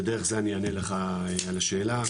ודרך זה אני אענה לך על השאלה,